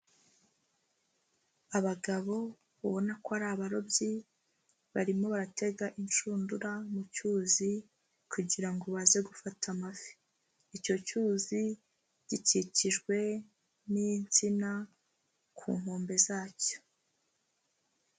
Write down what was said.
Abagabo ubona ko ari abarobyi, barimo batega inshundura mu cyuzi kugira ngo baze gufata amafi, icyo cyuzi gikikijwe n'insina ku nkombe zacyo.